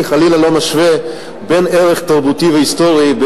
אני חלילה לא משווה בין ערך תרבותי והיסטורי,